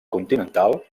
continental